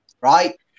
right